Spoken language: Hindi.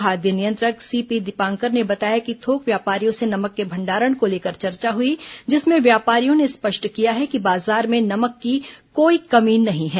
खाद्य नियंत्रक सीपी दीपांकर ने बताया कि थोक व्यापारियों से नमक के भंडारण को लेकर चर्चा हुई जिसमें व्यापारियों ने स्पष्ट किया है कि बाजार में नमक की कोई कमी नहीं है